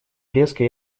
резко